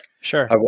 sure